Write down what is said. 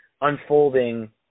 unfolding